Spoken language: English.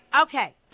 Okay